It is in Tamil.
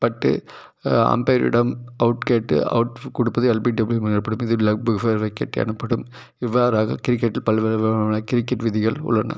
பட்டு அம்பயரிடம் அவுட் கேட்டு அவுட் கொடுப்பதே எல்பிடபிள்யூ எனப்படும் இது லெக் பிஃபோர் விக்கெட் எனப்படும் இவ்வாறாக கிரிக்கெட்டில் பல்வேறு விதமான கிரிக்கெட் விதிகள் உள்ளன